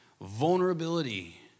vulnerability